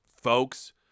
folks